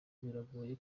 biragoye